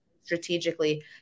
strategically